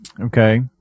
okay